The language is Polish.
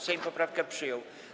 Sejm poprawkę przyjął.